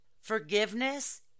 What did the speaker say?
forgiveness